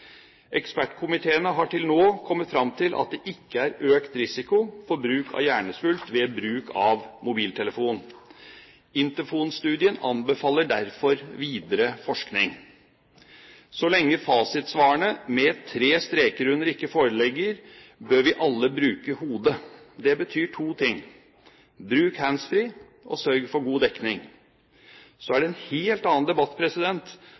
Ekspertkomiteene har til nå kommet fram til at det ikke er økt risiko for hjernesvulst ved bruk av mobiltelefon. Interphone-studien anbefaler derfor videre forskning. Så lenge fasitsvarene med tre streker under ikke foreligger, bør vi alle bruke hodet. Det betyr to ting: Bruk handsfree, og sørg for god dekning. Så er det en helt annen debatt